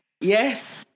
Yes